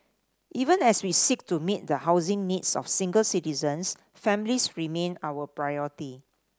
even as we seek to meet the housing needs of single citizens families remain our priority